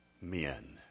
men